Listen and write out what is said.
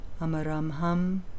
Amaramham